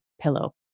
pillow